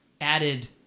added